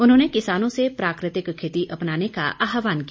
उन्होंने किसानों से प्राकृतिक खेती अपनाने का आहवान किया